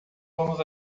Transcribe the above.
vamos